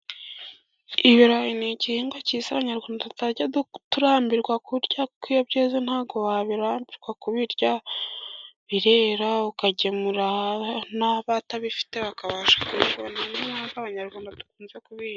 Ibirayi ni igihingwa kiza Abanyarwanda tutajya turambirwa kurya, kuko iyo byeze ntabwo wabirambirwa kubirya. Birera ukagemura n'abatabifite bakabasha kubibona, ni yo mpamvu Abanyarwanda dukunze kubihinga.